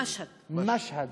מַשהד.